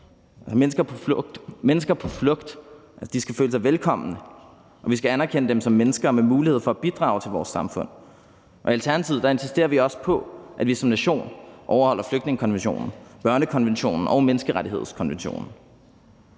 mennesker på flugt, og de skal føle sig velkomne. Vi skal anerkende dem som mennesker med mulighed for at bidrage til vores samfund. Og i Alternativet insisterer vi også på, at vi som nation overholder flygtningekonventionen, børnekonventionen og menneskerettighedskonventionen,